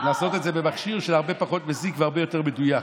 לעשות את זה במכשיר שהרבה פחות מזיק והרבה יותר מדויק.